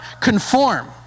conform